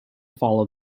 follow